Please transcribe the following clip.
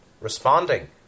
responding